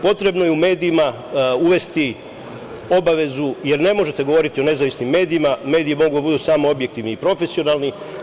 Potrebno je u medijima uvesti obavezu, jer ne možete govoriti o nezavisnim medijima, mediji mogu da budu samo objektivni i profesionalni.